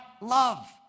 love